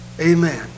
Amen